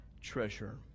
treasure